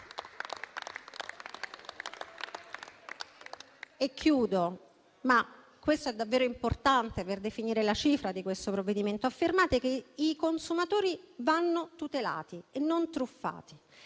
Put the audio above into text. terminare, ma questo è davvero importante per definire la cifra di questo provvedimento - che i consumatori vanno tutelati e non truffati,